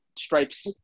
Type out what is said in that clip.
stripes